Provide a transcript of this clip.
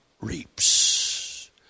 reaps